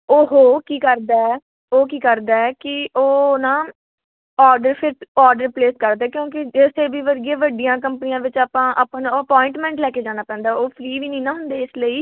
ਉਹ ਕੀ ਕਰਦਾ ਉਹ ਕੀ ਕਰਦਾ ਕੀ ਉਹ ਨਾ ਓਡਰ ਸਿਰਫ਼ ਓਡਰ ਪਲੇਸ ਕਰਦਾ ਕਿਉਂਕਿ ਜੇ ਸੀ ਬੀ ਵਰਗੀਆਂ ਵੱਡੀਆਂ ਕੰਪਨੀਆਂ ਵਿੱਚ ਆਪਾਂ ਆਪਾਂ ਨੂੰ ਅਪੋਆਇੰਟਮੈਂਟ ਲੈ ਕੇ ਜਾਣਾ ਪੈਂਦਾ ਉਹ ਫ੍ਰੀ ਵੀ ਨਹੀਂ ਹੁੰਦੇ ਨਾ ਇਸ ਲਈ